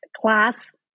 class